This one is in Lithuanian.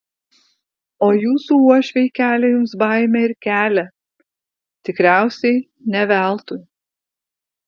o jūsų uošviai kelia jums baimę ir kelia tikriausiai ne veltui